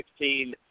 2016